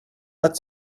but